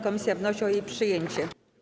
Komisja wnosi o jej przyjęcie.